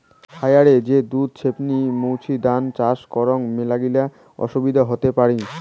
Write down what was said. খায়ারে যে দুধ ছেপনি মৌছুদাম চাষ করাং মেলাগিলা অসুবিধা হতি পারি